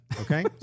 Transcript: Okay